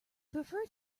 prefer